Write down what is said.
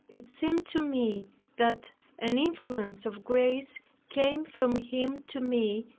it seemed to me that an influence of grace came from him to me,